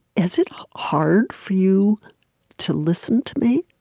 is it hard for you to listen to me?